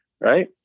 Right